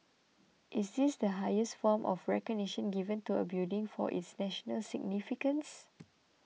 is it the highest form of recognition given to a building for its national significance